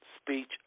speech